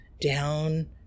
down